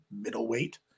middleweight